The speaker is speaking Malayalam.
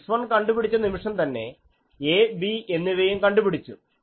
x1 കണ്ടുപിടിച്ച നിമിഷംതന്നെ a b എന്നിവയും കണ്ടുപിടിച്ചു